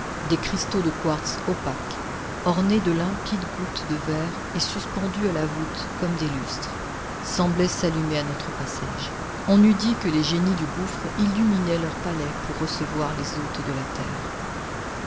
des cristaux de quartz opaque ornés de limpides gouttes de verre et suspendus à la voûte comme des lustres semblaient s'allumer à notre passage on eût dit que les génies du gouffre illuminaient leur palais pour recevoir les hôtes de la terre